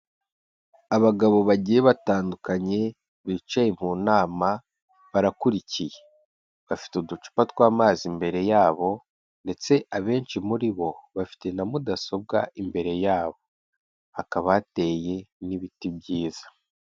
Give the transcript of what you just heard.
Abagabo bagiye batandukanye bicaye mu nama barakurikiye. Bafite uducupa tw'amazi imbere yabo ndetse abenshi muri bo bafite na mudasobwa imbere yabo. Hakaba hateye n'ibiti byiza.